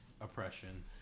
oppression